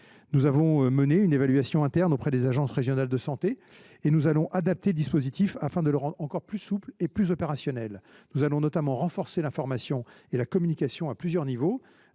Nous avons mené une évaluation interne auprès des agences régionales de santé et allons adapter le dispositif, afin de le rendre encore plus souple et plus opérationnel. Nous allons notamment renforcer l’information et la communication à plusieurs niveaux.